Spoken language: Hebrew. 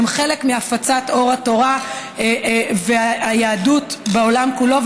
והן חלק מהפצת אור התורה והיהדות בעולם כולו,